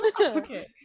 okay